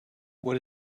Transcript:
what